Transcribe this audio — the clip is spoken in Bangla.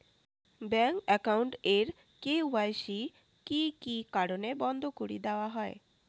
ব্যাংক একাউন্ট এর কে.ওয়াই.সি কি কি কারণে বন্ধ করি দেওয়া হয়?